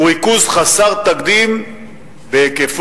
הוא ריכוז חסר תקדים בהיקפו,